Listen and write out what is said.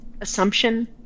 assumption